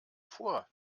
vor